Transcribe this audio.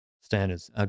standards